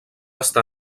estar